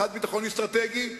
אחד ביטחון אסטרטגי,